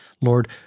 Lord